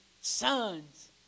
sons